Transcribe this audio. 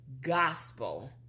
gospel